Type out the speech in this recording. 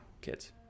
kids